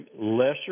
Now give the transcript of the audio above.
lesser